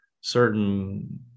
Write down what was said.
Certain